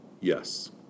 Yes